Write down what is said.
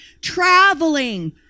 traveling